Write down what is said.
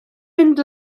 mynd